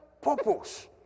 purpose